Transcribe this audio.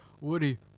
Woody